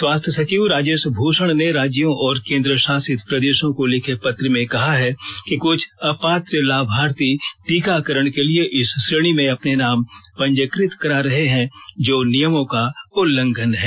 स्वास्थ्य सचिव राजेश भूषण ने राज्यों और केंद्र शासित प्रदेशों को लिखे पत्र में कहा है कि कुछ अपात्र लाभार्थी टीकाकरण के लिए इस श्रेणी में अपने नाम पंजीकृत करा रहे हैं जो नियमों का उल्लंघन है